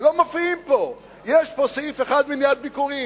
לא מופיעים פה, יש פה סעיף אחד: מניעת ביקורים.